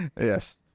yes